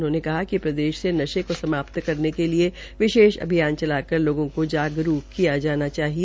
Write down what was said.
उन्होने कहा कि प्रदेश से नशे को समाप्त करने के लिए विशेष अभियान चलाकर लोगो को जागरूक किया जाना चाहिए